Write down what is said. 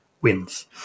wins